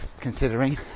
considering